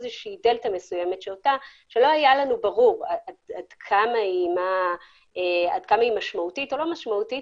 דלתא מסוימת שלא היה לנו ברור עד כמה היא משמעותית או לא משמעותית